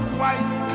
white